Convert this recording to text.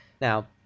Now